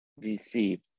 VC